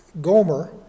Gomer